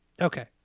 Okay